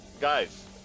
guys